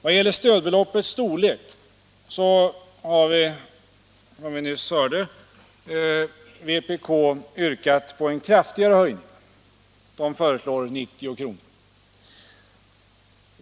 Vad gäller stödbeloppets storlek har, som vi nyss hörde, vpk yrkat på en kraftigare höjning och föreslagit 90 kr.